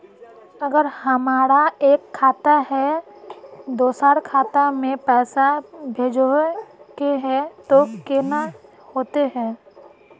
अगर हमरा एक खाता से दोसर खाता में पैसा भेजोहो के है तो केना होते है?